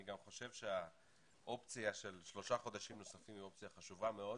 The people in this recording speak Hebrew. אני גם חושב שהאופציה של שלושה חודשים נוספים היא אופציה חשובה מאוד.